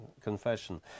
confession